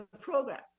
programs